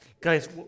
Guys